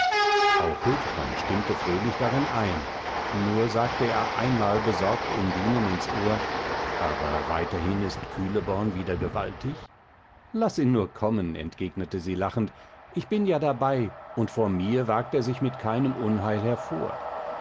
auch huldbrand stimmte fröhlich darin ein nur sagte er einmal besorgt undinen ins ohr aber weiterhin ist kühleborn wieder gewaltig laß ihn nur kommen entgegnete sie lachend ich bin ja dabei und vor mir wagt er sich mit keinem unheil hervor